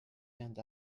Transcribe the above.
end